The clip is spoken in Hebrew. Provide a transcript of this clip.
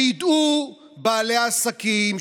שידעו בעלי העסקים,